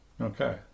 okay